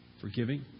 Forgiving